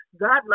God